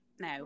No